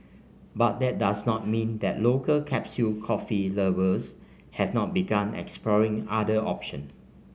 but that does not mean that local capsule coffee lovers have not begun exploring other options